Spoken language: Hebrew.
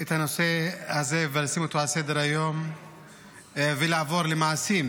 את הנושא הזה ולשים אותו על סדר-היום ולעבור למעשים.